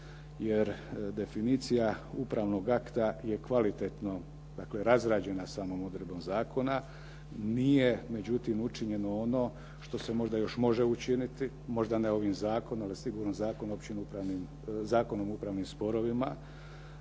jer definicija upravnog akta je kvalitetno, dakle razrađena samom odredbom zakona. Nije međutim učinjeno ono što se možda još može učiniti. Možda ne ovim zakonom, ali sigurno Zakonom o upravnim sporovima,